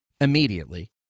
immediately